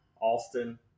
Austin